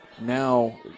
Now